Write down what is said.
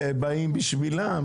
אלה באים בשבילם,